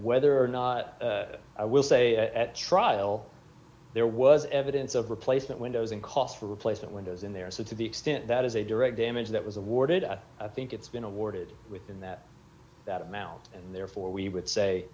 whether or not i will say at trial there was evidence of replacement windows and costs for replacement windows in there so to the extent that is a direct damage that was awarded i think it's been awarded within that that amount and therefore we would say